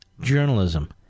journalism